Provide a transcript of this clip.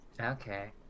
Okay